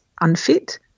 unfit